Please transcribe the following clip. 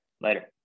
Later